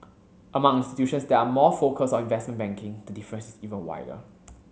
among institutions that are more focused on investment banking the difference is even wider